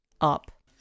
up